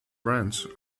brands